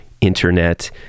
internet